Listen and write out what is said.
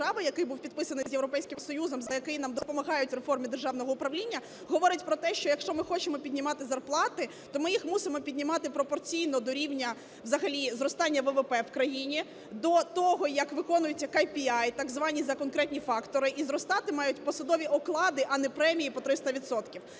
який був підписаний з Європейським Союзом, за який нам допомагають в реформі державного управління, говорить про те, що, якщо ми хочемо піднімати зарплати, то ми їх мусимо піднімати пропорційно до рівня взагалі зростання ВВП в країні, до того, як виконуюється KPI так звані "за конкретні фактори", і зростати мають посадові оклади, а не премії по 300